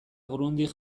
grundig